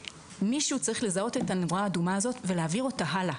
מישהו צריך לזהות את הנורה האדומה הזאת ולהעביר אותה הלאה,